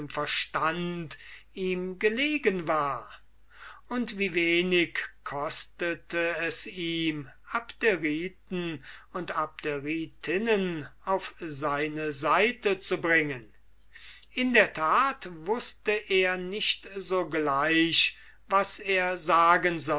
verstand ihm gelegen war und wie wenig kostete es ihm abderiten und abderitinnen auf seine seite zu bringen in der tat wußte er nicht sogleich was er sagen